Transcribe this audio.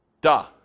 Duh